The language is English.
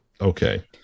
Okay